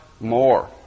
more